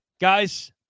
Guys